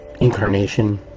incarnation